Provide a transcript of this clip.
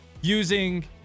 using